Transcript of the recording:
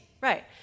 right